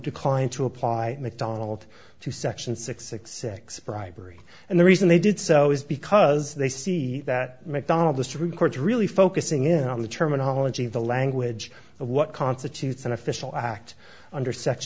declined to apply mcdonald to section six six six bribery and the reason they did so is because they see that mcdonnell the supreme court really focusing in on the terminology the language of what constitutes an official act under s